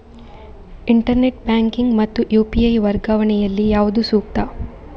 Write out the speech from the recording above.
Internet banking ಮತ್ತು UPI ವರ್ಗಾವಣೆ ಯಲ್ಲಿ ಯಾವುದು ಸೂಕ್ತ?